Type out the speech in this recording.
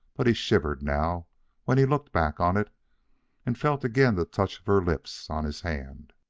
but he shivered now when he looked back on it and felt again the touch of her lips on his hand.